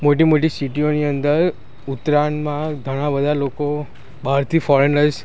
મોટી મોટી સીટીઓની અંદર ઉત્તરાયણમાં ઘણા બધા લોકો બહારથી ફોરેનર્સ